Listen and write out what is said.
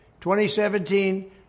2017